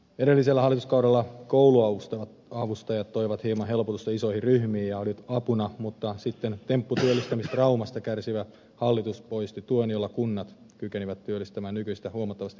edellisellä hallituskaudella kouluavustajat toivat hieman helpotusta isoihin ryhmiin ja olivat apuna mutta sitten tempputyöllistämistraumasta kärsivä hallitus poisti tuen jolla kunnat kykenivät työllistämään nykyistä huomattavasti enemmän avustajia